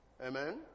Amen